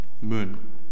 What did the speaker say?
moon